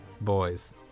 boys